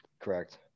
correct